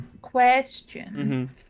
Question